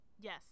Yes